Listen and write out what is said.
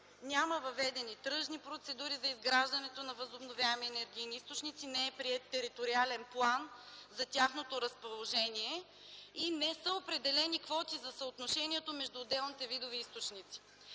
Няма въведени тръжни процедури за изграждането на възобновяеми енергийни източници. Не е приет териториален план за тяхното разположение и не са определени квоти за съотношението между отделните видове източници.